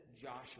Joshua